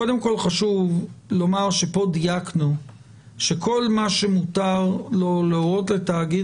קודם כל חשוב לומר שפה דייקנו שכל מה שמותר לו להורות לתאגיד